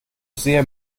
sehr